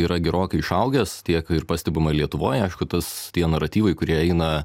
yra gerokai išaugęs tiek ir pastebima lietuvoj aišku tas tie naratyvai kurie eina